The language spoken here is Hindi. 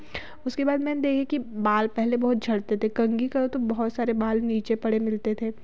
उसके बाद मैंने देखे कि बाल पहले बहुत झड़ते थे कंघी करो तो बहुत सारे बाल नीचे पड़े मिलते थे